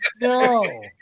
no